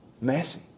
Messy